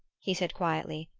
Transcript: he said quietly,